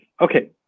Okay